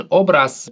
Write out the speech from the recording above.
obraz